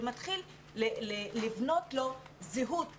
ומתחיל לבנות לו זהות חדשה,